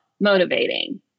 motivating